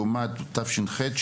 לעומת 64 בתשפ״ב,